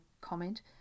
comment